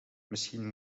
misschien